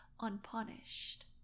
unpunished